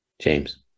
James